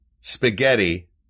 spaghetti